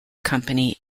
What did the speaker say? company